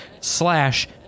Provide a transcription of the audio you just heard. slash